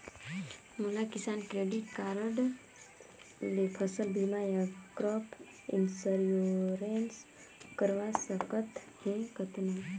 मोला किसान credit card ले फसल बीमा या क्रॉप इंश्योरेंस करवा सकथ हे कतना?